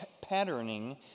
patterning